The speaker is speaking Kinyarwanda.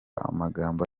amagambo